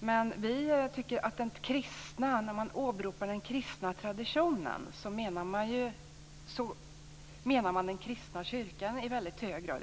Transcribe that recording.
Men när man åberopar den kristna traditionen menar man den kristna kyrkan i väldigt hög grad.